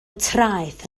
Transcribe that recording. traeth